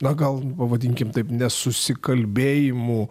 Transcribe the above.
na gal pavadinkim taip nesusikalbėjimų